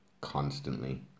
constantly